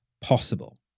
possible